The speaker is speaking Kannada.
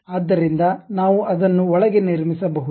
ಆದ್ದರಿಂದ ನಾವು ಅದನ್ನು ಒಳಗೆ ನಿರ್ಮಿಸಬಹುದು